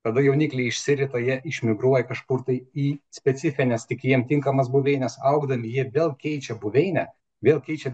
tada jaunikliai išsirita jie išmigruoja kažkur tai į specifines tik jiem tinkamas buveines augdami jie vėl keičia buveinę vėl keičia